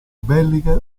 belliche